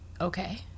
okay